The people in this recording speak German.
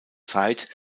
zeit